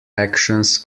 actions